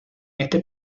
este